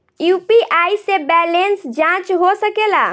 UPI से balance जाँच हो सके ला?